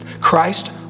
Christ